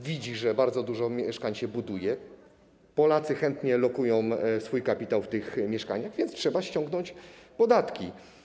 Widzi, że bardzo dużo mieszkań się buduje, Polacy chętnie lokują swój kapitał w tych mieszkaniach, więc trzeba ściągnąć podatki.